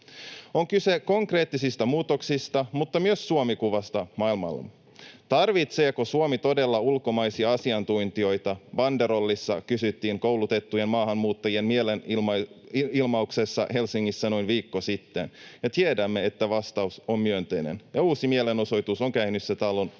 On kyse konkreettisista muutoksista mutta myös Suomi-kuvasta maailmalla. ”Tarvitseeko Suomi todella ulkomaisia asiantuntijoita?” kysyttiin banderollissa koulutettujen maahanmuuttajien mielenilmauksessa Helsingissä noin viikko sitten. Me tiedämme, että vastaus on myönteinen, ja uusi mielenosoitus on käynnissä talon ulkopuolella